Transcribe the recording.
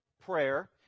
prayer